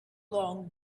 long